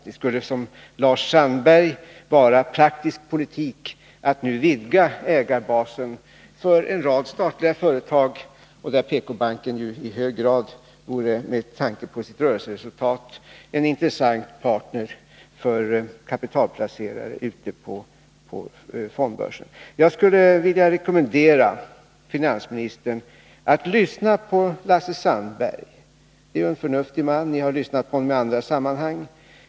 Det skulle, som Lars Sandberg säger, vara praktisk politik att nu vidga ägarbasen för en rad statliga företag. Med tanke på sitt rörelseresultat vore PKbanken en i hög grad intressant partner för kapitalplacerare på fondbörsen. Jag skulle vilja rekommendera finansministern att lyssna på Lars Sandberg — det är ju en förnuftig man; ni har lyssnat på honom i andra sammanhang.